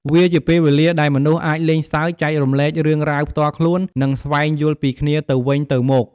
វាជាពេលវេលាដែលមនុស្សអាចលេងសើច ចែករំលែករឿងរ៉ាវផ្ទាល់ខ្លួន និងស្វែងយល់ពីគ្នាទៅវិញទៅមក។